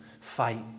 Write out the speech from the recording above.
fight